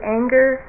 anger